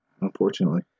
unfortunately